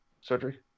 surgery